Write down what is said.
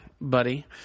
buddy